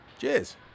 Cheers